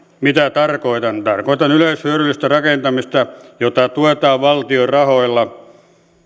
mitä tarkoitan tarkoitan yleishyödyllistä rakentamista jota tuetaan valtion rahoilla